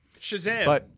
Shazam